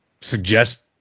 suggest